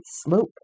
slope